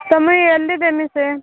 ତୁମେ ଇୟର୍ଲି ଦେବି ଯେ